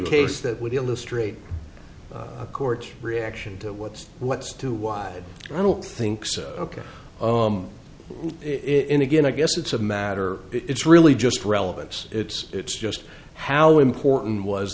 case that would illustrate a court reaction to what's what's too wide i don't think so ok in again i guess it's a matter it's really just relevance it's it's just how important was